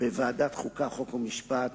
בוועדת החוקה, חוק ומשפט.